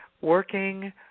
working